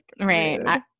Right